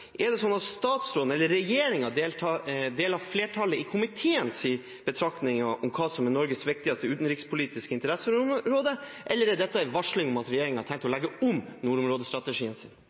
Er det sånn at statsråden eller regjeringen deler komitéflertallets betraktninger om hva som er Norges viktigste utenrikspolitiske interesseområde? Eller er det et varsel om at regjeringen har tenkt å legge om nordområdestrategien sin?